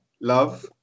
Love